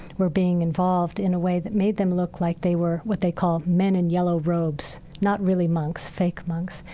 were being involved in a way that made them look like that they were what they call men in yellow robes, not really monks, fake monks.